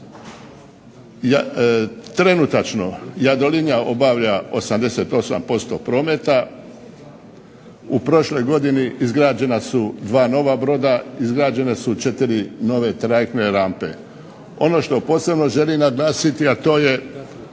Trenutačno Jadrolinija obavlja 88% prometa, u prošloj godini izgrađena su dva nova broda, izgrađene su četiri nove trajektne rampe. Ono što posebno želim naglasiti, a to je